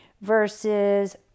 versus